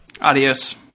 Adios